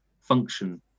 function